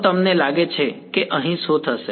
તો તમને લાગે છે કે અહીં શું થશે